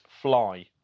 Fly